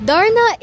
Darna